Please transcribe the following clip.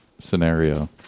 scenario